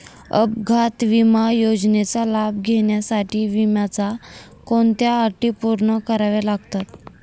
अपघात विमा योजनेचा लाभ घेण्यासाठी विम्याच्या कोणत्या अटी पूर्ण कराव्या लागतात?